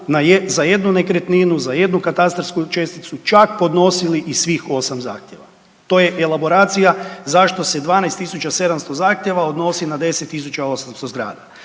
za jednu nekretninu, za jednu katastarsku česticu čak podnosili i svih 8 zahtjeva. To je elaboracija zašto se 12 700 zahtjeva odnosi na 10 800 zgrada.